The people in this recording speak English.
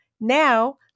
Now